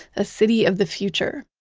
a city of the future,